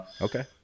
Okay